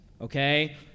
okay